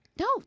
No